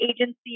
agency